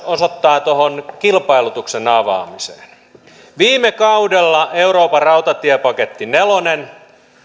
osoittaa kilpailutuksen avaamiseen viime kaudella euroopan rautatiepaketti nelonen